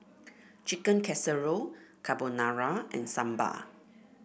Chicken Casserole Carbonara and Sambar